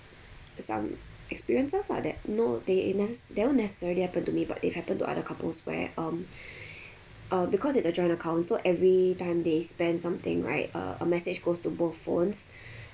some experiences lah that no they necce~ never necessarily happen to me but they've happened to other couples where um uh because it's a joint account so every time they spend something right uh a message goes to both phones